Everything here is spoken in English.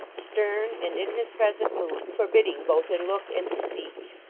stern, and, in his present mood, forbidding both in look and speech